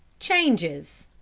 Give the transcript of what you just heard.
changes.